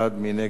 מי נגד?